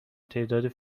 تعدادی